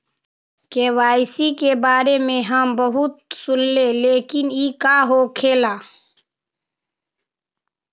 KYC के बारे में हम बहुत सुनीले लेकिन इ का होखेला?